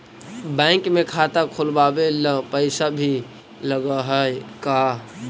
Bank में खाता खोलाबे ल पैसा भी लग है का?